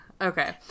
Okay